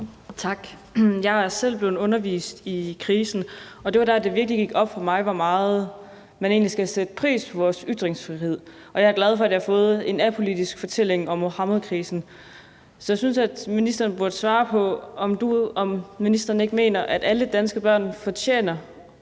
Tak. Jeg er selv blevet undervist i krisen, og det var der, det virkelig gik op for mig, hvor meget man egentlig skal sætte pris på vores ytringsfrihed. Og jeg er glad for, at jeg har fået en apolitisk fortælling om Muhammedkrisen. Så jeg synes, at ministeren burde svare på, om han ikke mener, at alle danske børn fortjener